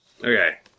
Okay